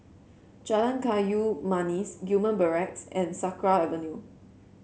Jalan Kayu Manis Gillman Barracks and Sakra Avenue